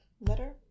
letter